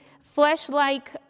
flesh-like